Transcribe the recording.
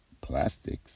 plastics